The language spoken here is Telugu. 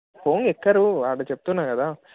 పోగా ఎక్కరు ఆడ చెప్తున్నా కదా